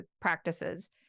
practices